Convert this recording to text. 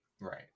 Right